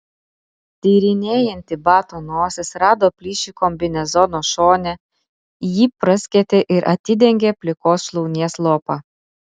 tyrinėjanti bato nosis rado plyšį kombinezono šone jį praskėtė ir atidengė plikos šlaunies lopą